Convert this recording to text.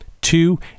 Two